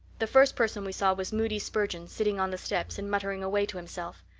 the first person we saw was moody spurgeon sitting on the steps and muttering away to himself.